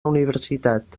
universitat